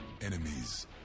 enemies